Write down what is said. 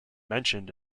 mentioned